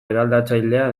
eraldatzailea